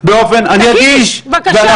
בבקשה.